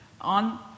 on